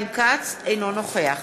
אינו נוכח